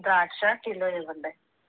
ద్రాక్ష కిలో ఇవ్వండి